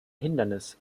hindernis